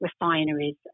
refineries